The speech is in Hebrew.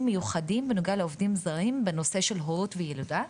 מיוחדים בנוגע לעובדים זרים בנושא של הורות וילודה.